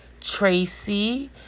Tracy